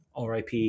RIP